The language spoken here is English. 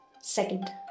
Second